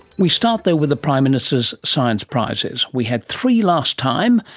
we start though with the prime minister's science prizes. we had three last time,